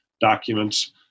documents